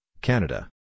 Canada